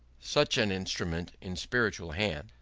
such an instrument, in spiritual hands,